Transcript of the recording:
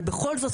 אבל בכל זאת,